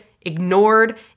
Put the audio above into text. ignored